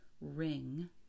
ring